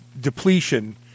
depletion